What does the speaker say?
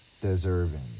deserving